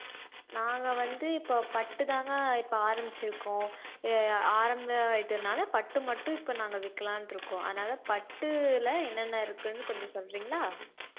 நாங்கள் வந்து இப்போ பட்டு தாங்க இப்போ ஆரமிச்சுருக்கோம் ஆரம்ப இதனால பட்டு மட்டும் இப்போ நாங்கள் விற்கலாம்ட்ருக்கோம் அதனால் பட்டில் என்னென்ன இருக்குன்னு கொஞ்சம் சொல்லுறிங்களா